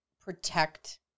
protect